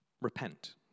Repent